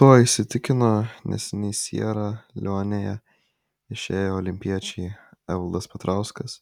tuo įsitikino neseniai siera leonėje viešėję olimpiečiai evaldas petrauskas